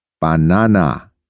Banana